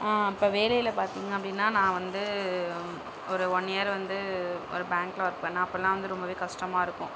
இப்போ வேலையில பார்த்திங்க அப்படின்னா நான் வந்து ஒரு ஒன் இயர் வந்து ஒரு பேங்க்ல ஒர்க் பண்ணேன் அப்போலாம் ரொம்பவே கஷ்டமாக இருக்கும்